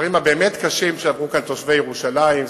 הדברים הבאמת קשים שעברו כאן תושבי ירושלים,